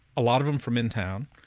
a lot of them from in town,